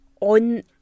on